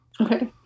Okay